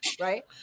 right